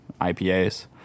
IPAs